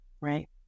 right